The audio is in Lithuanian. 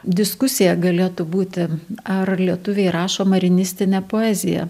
diskusija galėtų būti ar lietuviai rašo marinistinę poeziją